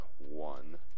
one